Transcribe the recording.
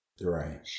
Right